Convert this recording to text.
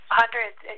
hundreds